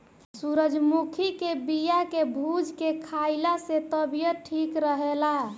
सूरजमुखी के बिया के भूंज के खाइला से तबियत ठीक रहेला